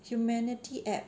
humanity app